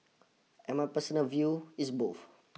and my personal view is both